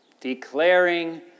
declaring